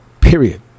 period